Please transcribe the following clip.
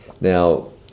Now